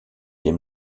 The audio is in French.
des